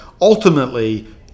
ultimately